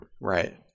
Right